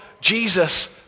Jesus